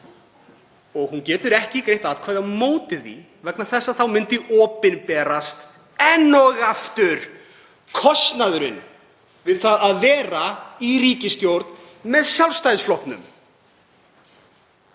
og hún getur ekki greitt atkvæði á móti því vegna þess að þá myndi opinberast enn og aftur kostnaðurinn við það að vera í ríkisstjórn með Sjálfstæðisflokknum.